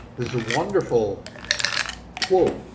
there's a wonderful quote,